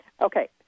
Okay